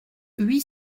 huit